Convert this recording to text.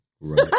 Right